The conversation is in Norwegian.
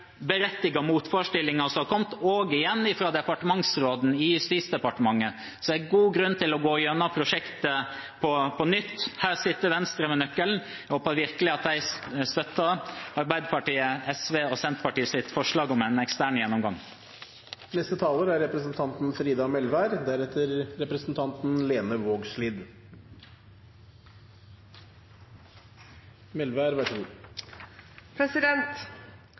berettigede motforestillinger som har kommet, også igjen fra departementsråden i Justisdepartementet, er det god grunn til å gå gjennom prosjektet på nytt. Her sitter altså Venstre med nøkkelen. Jeg håper virkelig at de støtter forslaget fra Arbeiderpartiet, SV og Senterpartiet om en ekstern gjennomgang. Å kjenne seg trygg i og utanfor sin eigen heim er